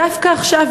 דווקא עכשיו,